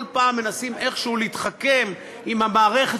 כל פעם מנסים איכשהו להתחכם עם המערכת